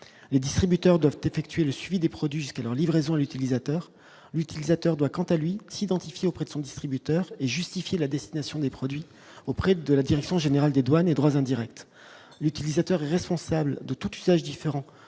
les distributeurs doivent effectuer le suivi des produits que leur livraison utilisateur l'utilisateur doit quant à lui s'identifier auprès de son distributeur et justifier la destination des produits auprès de la direction générale des douanes et droits indirects, l'utilisateur est responsable de tout usage différent